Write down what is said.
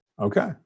Okay